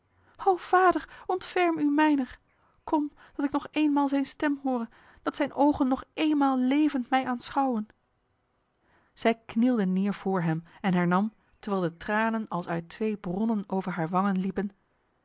o vader ontferm u mijner kom dat ik nog eenmaal zijn stem hore dat zijn ogen nog eenmaal levend mij aanschouwen zij knielde neer voor hem en hernam terwijl de tranen als uit twee bronnen over haar wangen liepen